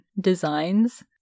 designs